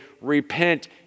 repent